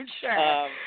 sure